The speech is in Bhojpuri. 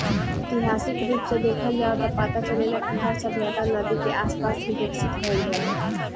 ऐतिहासिक रूप से देखल जाव त पता चलेला कि हर सभ्यता नदी के आसपास ही विकसित भईल रहे